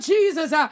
Jesus